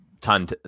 ton